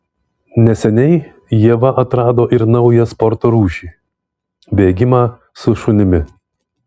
neseniai ieva atrado ir naują sporto rūšį bėgimą su šunimi